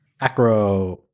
Acro